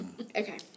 Okay